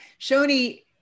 Shoni